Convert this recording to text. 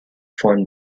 formed